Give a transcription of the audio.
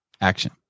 Action